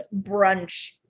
brunch